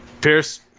Pierce